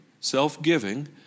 self-giving